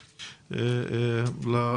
מריח,